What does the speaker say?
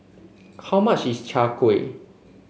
how much is Chai Kuih